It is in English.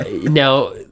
now